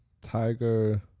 Tiger